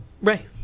Ray